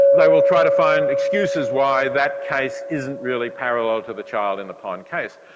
they will try to find excuses why that case isn't really parallel to the child in the pond case.